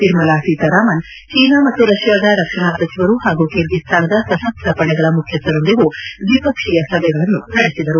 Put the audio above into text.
Nirmala Sitharaman China ಮತ್ತು ರಷ್ಯಾದ ರಕ್ಷಣಾ ಸಚಿವರು ಹಾಗೂ ಕಿರ್ಗಿಸ್ಲಾನದ ಸಶಸ್ತ್ರ ಪಡೆಗಳ ಮುಖ್ಯಸ್ಲರೊಂದಿಗೂ ದ್ವಿಪಕ್ಷೀಯ ಸಭೆಗಳನ್ನು ನಡೆಸಿದರು